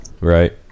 Right